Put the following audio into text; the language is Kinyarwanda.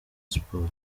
siporo